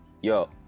yo